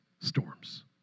storms